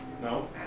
No